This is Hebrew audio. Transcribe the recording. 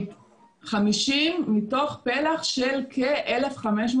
50 מתוך פלח של כ-1,200